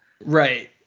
Right